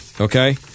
Okay